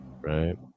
Right